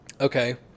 Okay